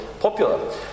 popular